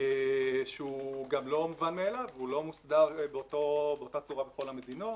שהוא גם לא מובן מאליו ולא מוסדר באותה צורה בכל המדינות